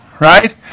right